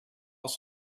als